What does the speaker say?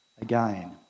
again